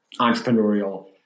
entrepreneurial